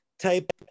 type